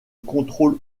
contrôle